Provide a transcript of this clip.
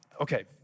Okay